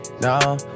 No